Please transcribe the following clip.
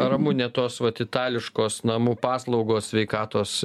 ramune tos vat itališkos namų paslaugos sveikatos